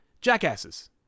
jackasses